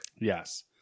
Yes